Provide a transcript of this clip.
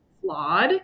flawed